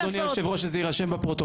נשמח, אדוני יושב-הראש, שזה יירשם בפרוטוקול.